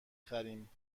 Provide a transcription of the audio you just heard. خریم